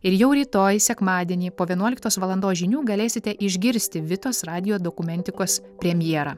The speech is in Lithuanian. ir jau rytoj sekmadienį po vienuoliktos valandos žinių galėsite išgirsti vitos radijo dokumentikos premjerą